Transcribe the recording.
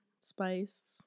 spice